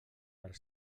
per